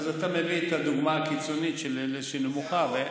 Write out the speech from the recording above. אז אתה מביא את הדוגמה הקיצונית של אלה שהמשכורת שלהם נמוכה,